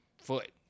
foot